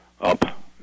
up